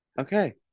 Okay